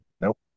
Nope